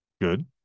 Good